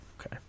Okay